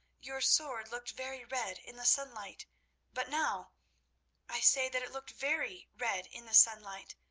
your sword looked very red in the sunlight but now i say that it looked very red in the sunlight.